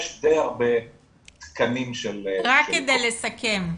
יש די הרבה תקנים של --- רק כדי לסכם,